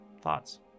thoughts